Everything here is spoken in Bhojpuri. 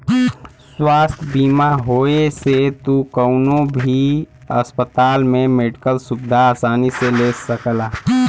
स्वास्थ्य बीमा होये से तू कउनो भी अस्पताल में मेडिकल सुविधा आसानी से ले सकला